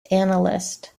analyst